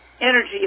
energy